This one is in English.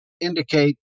indicate